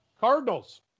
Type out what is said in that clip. Cardinals